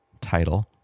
title